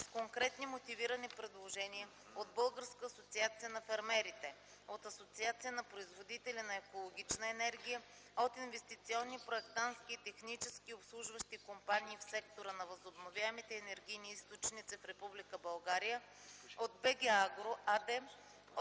с конкретни мотивирани предложения от Българска асоциация на фермерите, от Асоциация на производители на екологична енергия, от „Инвестиционни, проектантски и технически обслужващи компании в сектора на възобновяемите енергийни източници в Република България”, от „БГ АГРО” АД,